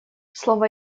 слово